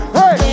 hey